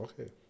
Okay